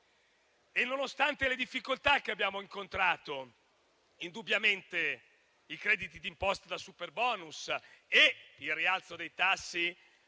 nonostante le difficoltà che abbiamo incontrato. Indubbiamente, i crediti d'imposta da superbonus e il rialzo dei tassi